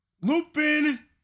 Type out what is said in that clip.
Lupin